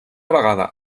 vegada